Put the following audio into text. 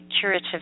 curative